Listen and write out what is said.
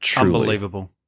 Unbelievable